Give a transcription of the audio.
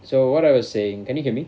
so what I was saying can you hear me